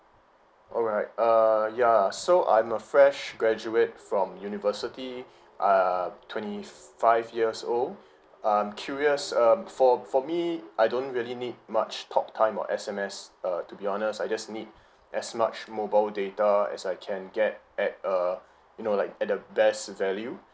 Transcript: alright err ya so I'm a fresh graduate from university I uh twenty f~ five years old I'm curious um for for me I don't really need much talk time or S_M_S uh to be honest I just need as much mobile data as I can get at uh you know like at the best value